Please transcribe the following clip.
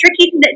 tricky